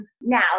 now